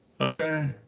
Okay